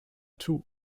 too